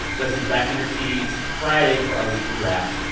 listeners, back in your feeds friday for our weekly wrap.